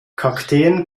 kakteen